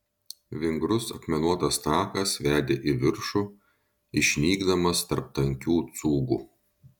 vingrus akmenuotas takas vedė į viršų išnykdamas tarp tankių cūgų